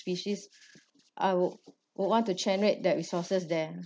species I would want to channel that resources there